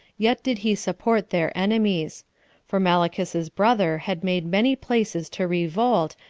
yet did he support their enemies for malichus's brother had made many places to revolt,